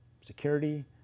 security